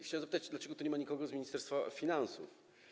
Chciałbym zapytać, dlaczego nie ma tu nikogo z Ministerstwa Finansów.